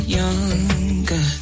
younger